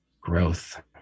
growth